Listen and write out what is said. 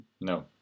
No